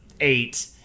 eight